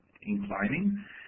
inclining